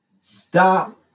Stop